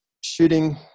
shooting